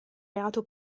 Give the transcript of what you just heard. reato